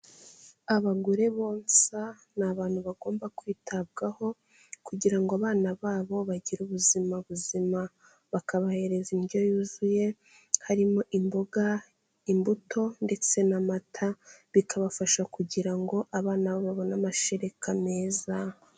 Abagore bonsa ni abantu bagomba kwitabwaho kugira ngo abana babo bagire ubuzima buzima, bakabahereza indyo yuzuye, harimo imboga, imbuto ndetse na mata bikabafasha kugira ngo abana babo babone amashereka meza.